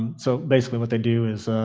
um so, basically what they do is